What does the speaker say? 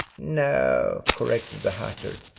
no, corrected the hatter.